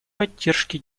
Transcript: поддержки